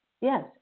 yes